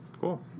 Cool